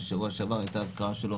ששבוע שעבר הייתה האזכרה שלו,